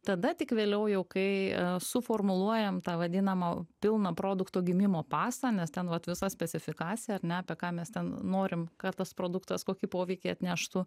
tada tik vėliau jau kai suformuluojam tą vadinamą pilną produkto gimimo pasą nes ten vat visa specifikacija ar ne apie ką mes ten norim kad tas produktas kokį poveikį atneštų